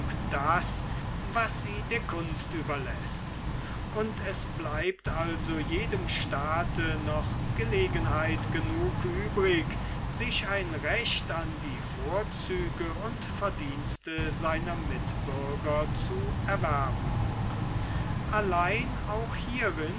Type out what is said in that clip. das was sie der kunst überläßt und es bleibt also jedem staate noch gelegenheit genug übrig sich ein recht an die vorzüge und verdienste seiner mitbürger zu erwerben allein auch hierin